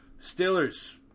Steelers